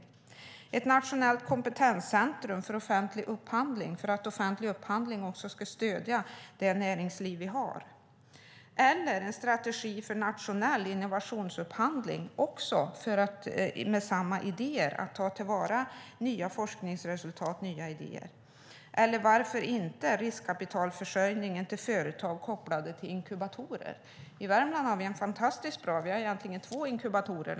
Det handlar om ett nationellt kompetenscentrum för offentlig upphandling, för att offentlig upphandling också ska stödja det näringsliv vi har. Det handlar även om en strategi för nationell innovationsupphandling med samma idéer: att ta till vara nya forskningsresultat och nya idéer. En annan punkt är riskkapitalförsörjningen till företag kopplade till inkubatorer. I Värmland har vi det fantastiskt bra; vi har egentligen två inkubatorer.